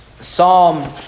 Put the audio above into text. Psalm